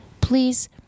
Please